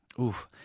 Oof